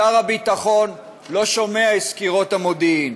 שר הביטחון לא שומע את סקירות המודיעין,